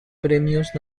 premios